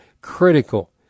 critical